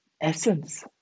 essence